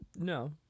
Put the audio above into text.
No